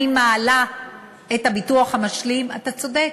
אני מעלה את הביטוח המשלים, אתה צודק.